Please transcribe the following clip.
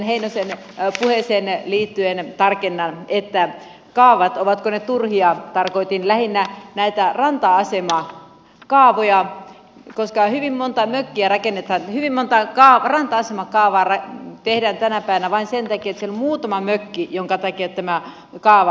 edustaja heinosen puheeseen liittyen tarkennan että kun puhuin kaavoista ja siitä ovatko ne turhia niin tarkoitin lähinnä näitä ranta asemakaavoja koska hyvin monta ranta asemakaavaa tehdään tänä päivänä vain sen takia että siellä on muutama mökki joiden takia tämä kaava rakennetaan